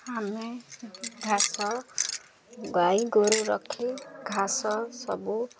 ଆମେ ଘାସ ଗାଈ ଗୋରୁ ରଖି ଘାସ ସବୁ